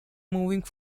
moving